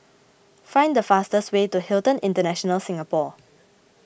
find the fastest way to Hilton International Singapore